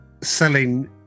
selling